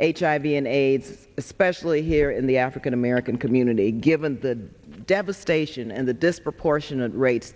hiv and aids especially here in the african american community given the devastation and the disproportionate rates